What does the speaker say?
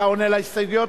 אתה עונה על ההסתייגויות?